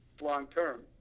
long-term